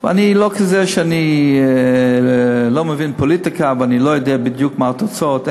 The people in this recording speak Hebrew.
ואני לא כזה שאני לא מבין פוליטיקה ואני לא יודע בדיוק מה התוצאות.